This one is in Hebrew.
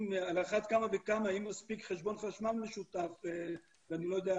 על אחת כמה וכמה אם מספיק חשבון חשמל משותף ואני לא יודע,